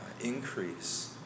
increase